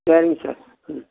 சரிங்க சார் ம்